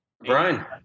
Brian